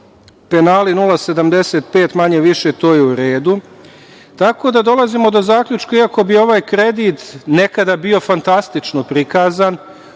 penali 0,75, manje-više to je u redu, tako da dolazimo do zaključka, iako bi ovaj kredit nekada bio fantastično prikazan,